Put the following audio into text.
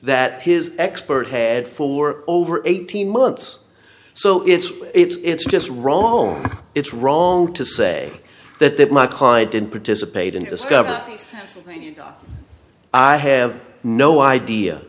that his expert had for over eighteen months so it's it's just roam it's wrong to say that that my client didn't participate in his cover up i have no idea